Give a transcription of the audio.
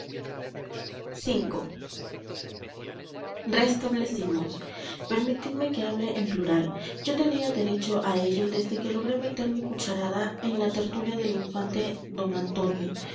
inquisición restablecimos permitidme que hable en plural yo tenía derecho a ello desde que logré meter mi cucharada en la tertulia del infante d antonio